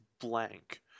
blank